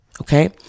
Okay